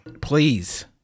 Please